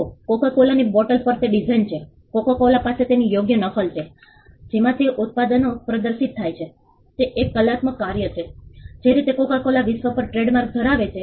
જુઓ કોકો કોલાની બોટલ પર તે ડિઝાઇન છે કોકો કોલા પાસે તેની યોગ્ય નકલ છે જેમાં તે ઉત્પાદનો પ્રદર્શિત થાય છે તે એક કલાત્મક કાર્ય છે જે રીતે કોકો કોલા વિશ્વ પર ટ્રેડમાર્ક ધરાવે છે